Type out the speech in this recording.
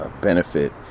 benefit